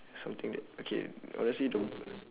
something that okay honestly don't